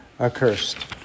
accursed